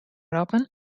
roppen